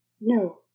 No